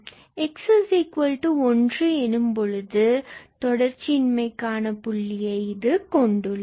x1 எனும்போது தொடர்ச்சியின்மை காண புள்ளி கொண்டுள்ளது